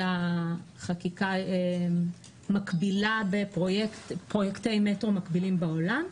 אלא מחקיקה מקבילה בפרויקטים של מטרו מקבילים בעולם.